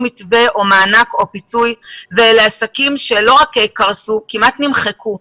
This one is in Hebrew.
מתווה או מענק או פיצוי ואלה עסקים שלא רק קרסו אלא כמעט נמחקו.